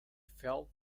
felt